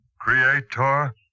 creator